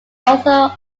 also